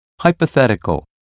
hypothetical